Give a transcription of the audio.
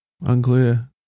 Unclear